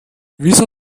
wieso